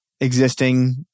existing